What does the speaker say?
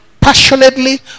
passionately